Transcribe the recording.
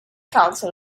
council